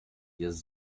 jest